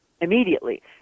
immediately